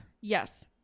Yes